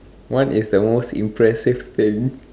what is the most impressive thing